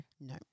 No